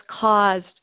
caused